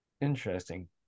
Interesting